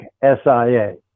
SIA